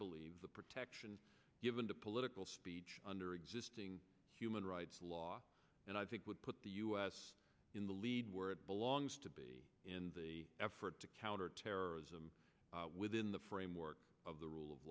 believe the protection given to political speech under existing human rights law and i think would put the us in the lead where it belongs to be in the effort to counter terrorism within the framework of the rule of